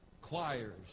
choirs